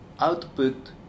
output